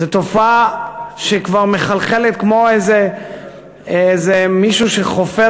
זו תופעה שכבר מחלחלת כמו איזה מישהו שחופר